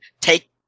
take